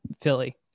Philly